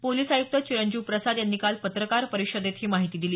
police आयुक्त चिंजीव प्रसाद यांनी काल पत्रकार परिषदेत ही माहिती दिली